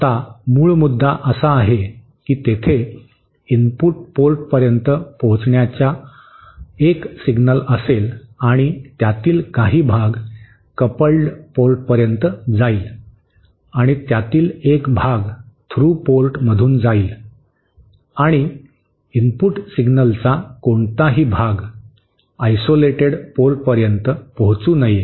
आता मूळ मुद्दा असा आहे की तेथे इनपुट पोर्टपर्यंत पोहोचण्याचा एक सिग्नल असेल आणि त्यातील काही भाग कपल्ड पोर्टपर्यंत जाईल आणि त्यातील एक भाग थ्रू पोर्ट मधून जाईल आणि इनपुट सिग्नलचा कोणताही भाग आयसोलेटेड पोर्टपर्यंत पोहोचू नये